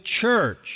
church